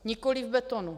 Nikoliv v betonu.